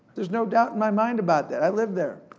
there's no doubt in my mind about that. i lived there.